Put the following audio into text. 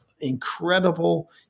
incredible